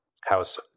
house